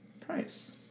price